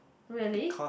really